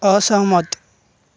असहमत